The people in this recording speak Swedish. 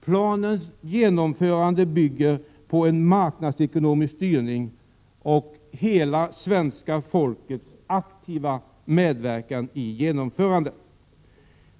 Planens genomförande bygger på en marknadsekonomisk styrning av hela svenska folkets aktiva medverkan.